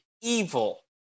evil